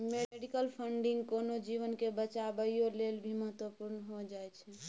medical funding कोनो जीवन के बचाबइयो लेल भी महत्वपूर्ण हो जाइ छइ